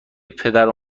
پدرو